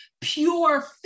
pure